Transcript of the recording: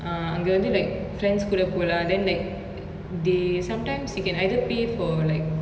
uh அங்க வந்து:anga vanthu like friends கூட போலா:kooda polaa then like they sometimes you can either pay for like